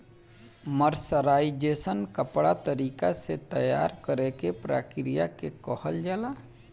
mercerisation कपड़ा तरीका से तैयार करेके प्रक्रिया के कहल जाला